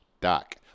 Doc